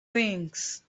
things